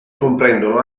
comprendono